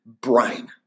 brain